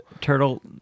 turtle